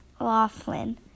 Laughlin